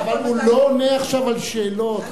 אבל הוא לא עונה עכשיו על שאלות.